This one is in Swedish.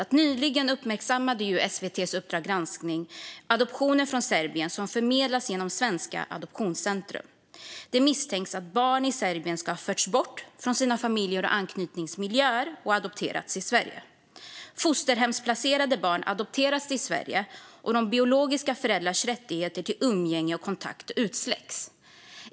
SVT:s Uppdrag granskning uppmärksammade dock nyligen att adoptioner från Serbien förmedlats genom svenska Adoptionscentrum. Barn i Serbien misstänks ha förts bort från sina familjer och anknytningsmiljöer och adopterats till Sverige. Fosterhemsplacerade barn adopteras till Sverige, och de biologiska föräldrarnas rätt till umgänge och kontakt släcks.